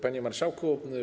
Panie Marszałku!